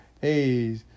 Hey